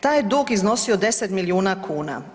Taj dug je iznosio 10 milijuna kuna.